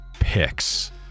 Picks